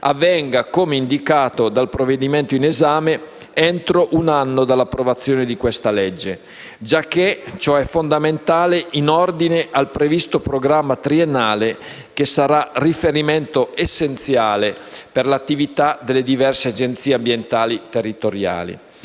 avvenga, come indicato dal provvedimento in esame, entro un anno dall'approvazione di questa legge. Ciò è fondamentale in ordine al previsto programma triennale che sarà riferimento essenziale per l'attività delle diverse Agenzie ambientali territoriali.